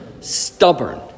stubborn